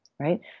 Right